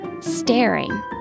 staring